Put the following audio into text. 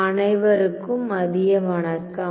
அனைவருக்கும் மதிய வணக்கம்